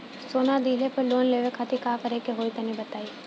सोना दिहले पर लोन लेवे खातिर का करे क होई तनि बताई?